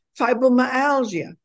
fibromyalgia